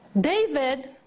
David